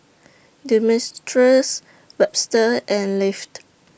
Demetrius Webster and Leif